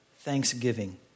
thanksgiving